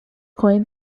coined